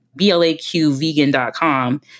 blaqvegan.com